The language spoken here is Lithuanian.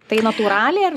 tai natūraliai ar